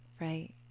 Right